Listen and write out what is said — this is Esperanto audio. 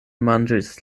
manĝis